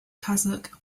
kazakh